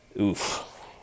Oof